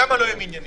שם לא יהיו מניינים.